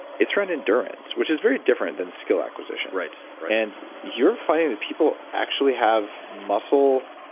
it's around endurance, which is very different than skill acquisition. right right and you're finding that people actually have muscle.